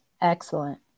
Excellent